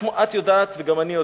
את יודעת, וגם אני יודע,